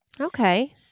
Okay